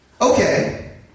Okay